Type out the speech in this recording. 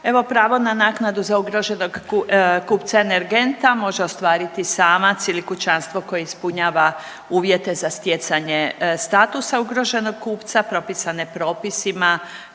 Evo pravo na naknadu za ugroženog kupca energenta može ostvariti samac ili kućanstvo koje ispunjava uvjete za stjecanje statusa ugroženog kupca propisane propisima